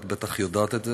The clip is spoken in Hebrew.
את בטח יודעת את זה,